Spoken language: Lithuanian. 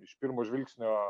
iš pirmo žvilgsnio